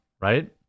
right